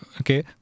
okay